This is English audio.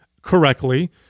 correctly